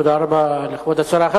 תודה רבה לכבוד השרה.